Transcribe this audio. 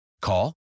call